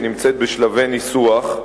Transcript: והיא נמצאת בשלבי ניסוח,